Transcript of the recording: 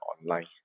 online